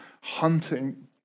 hunting